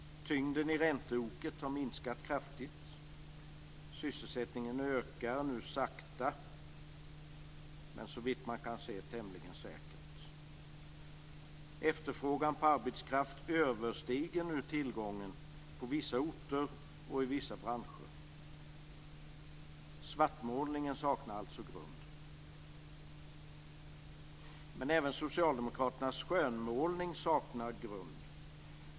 Tyngden i ränteoket har minskat kraftigt. Sysselsättningen ökar nu sakta men, såvitt man kan se, tämligen säkert. Efterfrågan på arbetskraft överstiger nu tillgången på vissa orter och i vissa branscher. Svartmålningen saknar alltså grund. Även Socialdemokraternas skönmålning saknar grund.